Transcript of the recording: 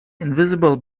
invisible